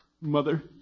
Mother